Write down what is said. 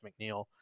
McNeil